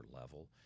level